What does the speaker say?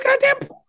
goddamn